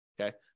okay